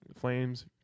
Flames